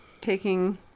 taking